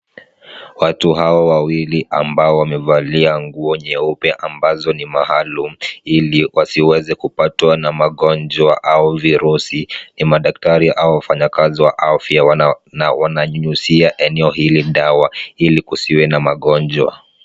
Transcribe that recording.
Watu hawa wawili ambao wamevalia nguo nyeupe ambazo ni maalum ili wasiweze kupatwa na magonjwa au virusi. Ni madaktari au wafanyikazi wa afya wananyunyuzia eneo hili dawa ili kusiwe na magonjwa.